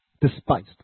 despised